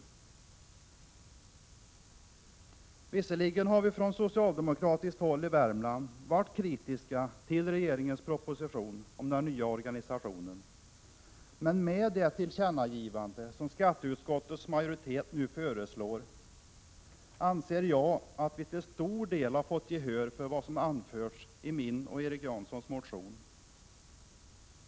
Vi har visserligen från socialdemokratiskt håll i Värmland varit kritiska till regeringens proposition om den nya organisationen, men med det tillkännagivande som skatteutskottets majoritet nu föreslår anser jag att vi till stor del fått gehör för vad som anförts i min och Erik Jansons motion.